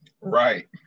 Right